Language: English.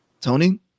Tony